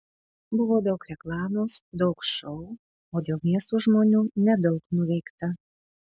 buvo daug reklamos daug šou o dėl miesto žmonių nedaug nuveikta